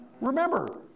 Remember